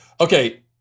Okay